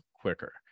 quicker